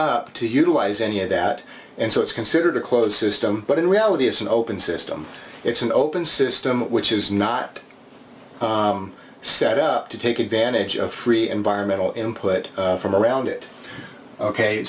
up to utilize any of that and so it's considered a closed system but in reality it's an open system it's an open system which is not set up to take advantage of free environmental him put from around it ok